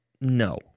no